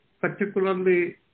particularly